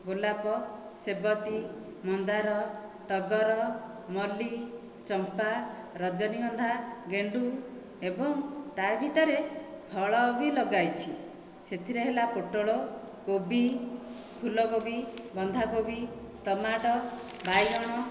ଗୋଲାପ ସେବତୀ ମନ୍ଦାର ଟଗର ମଲ୍ଲୀ ଚମ୍ପା ରଜନୀଗନ୍ଧା ଗେଣ୍ଡୁ ଏବଂ ତା' ଭିତରେ ଫଳ ବି ଲଗାଇଛି ସେଥିରେ ହେଲା ପୋଟଳ କୋବି ଫୁଲକୋବି ବନ୍ଧାକୋବି ଟମାଟୋ ବାଇଗଣ